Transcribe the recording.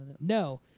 No